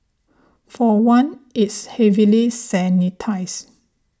for one it's heavily sanitised